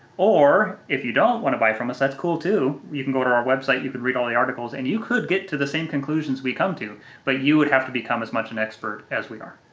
or if you don't want to buy from us, that's cool too. you can go to our website, you could read all the articles, and you could get to the same conclusions we come to but you would have to become as much an expert as we are.